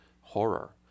horror